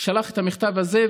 שלח את המכתב הזה.